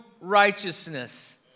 righteousness